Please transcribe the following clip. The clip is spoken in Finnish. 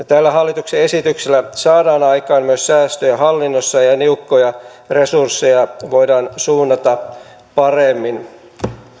tällä hallituksen esityksellä saadaan aikaan myös säästöjä hallinnossa ja niukkoja resursseja voidaan suunnata paremmin